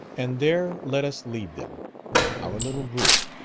and there let us leave them our little group,